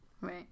Right